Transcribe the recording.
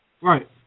Right